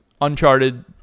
Uncharted